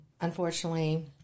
unfortunately